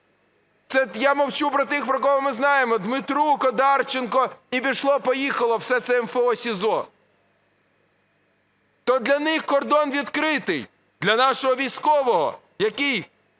я мовчу про тих, про кого ми знаємо: Дмитрук, Одарченко і пішло-поїхало все це МФО СІЗО. То для них кордон відкритий. Для нашого військового, який